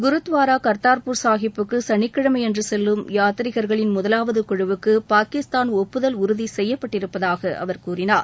குருத்வாரா கத்தார்பூர் சாகிபுக்கு சனிக்கிழமை அன்று செல்லும் யாத்ரிகர்களின் முதலாவது குழுவக்கு பாகிஸ்தான் ஒப்புதல் உறுதி செய்யப்பட்டிருப்பதாக அவர் கூறினார்